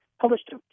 published